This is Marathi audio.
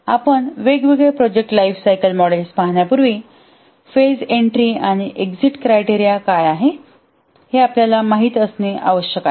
आपण वेगवेगळे प्रोजेक्ट लाइफसायकल मॉडेल्स पाहण्यापूर्वी फेज एन्ट्री आणि एक्झिट काय आहे हे आपल्याला माहित असणे आवश्यक आहे